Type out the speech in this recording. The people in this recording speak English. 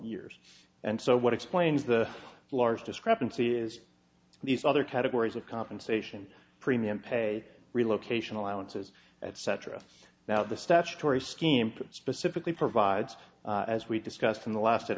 years and so what explains the large discrepancy is these other categories of compensation premium pay relocation allowances etc now the statutory scheme specifically provides as we've discussed in the last